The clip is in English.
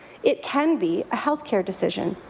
it can be a health care decision,